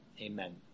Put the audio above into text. amen